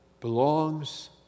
belongs